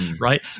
right